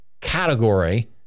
category